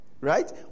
right